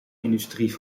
industrie